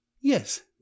yes